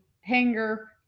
hanger